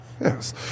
Yes